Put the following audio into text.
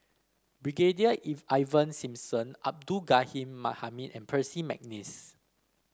Brigadier Ivan Simson Abdul Ghani Hamid and Percy McNeice